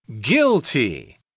guilty